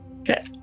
Okay